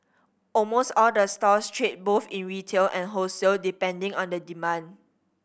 almost all the stores trade both in retail and wholesale depending on the demand